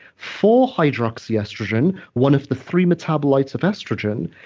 fourhydroxy estrogen, one of the three metabolites of estrogen,